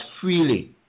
freely